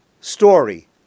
story